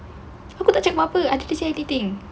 aku nak cakap apa after saya dating